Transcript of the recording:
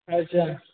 अच्छा